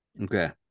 Okay